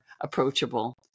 approachable